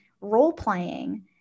role-playing